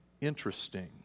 interesting